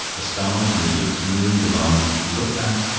the stars and the gibbous moon demanded to be looked at,